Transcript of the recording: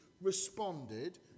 responded